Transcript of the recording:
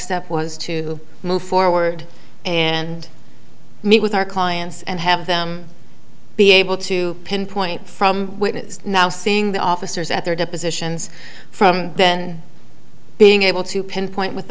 step was to move forward and meet with our clients and have them be able to pinpoint from witnesses now seeing the officers at their depositions from then being able to pinpoint with